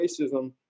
racism